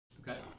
Okay